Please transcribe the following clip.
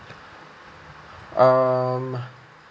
um